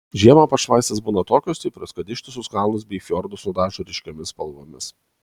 žiemą pašvaistės būna tokios stiprios kad ištisus kalnus bei fjordus nudažo ryškiomis spalvomis